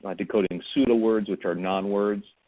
ah decoding pseudo words which are non-words,